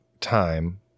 time